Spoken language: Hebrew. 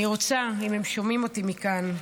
אם הם שומעים אותי מכאן,